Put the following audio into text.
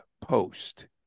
post